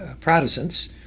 Protestants